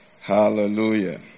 Hallelujah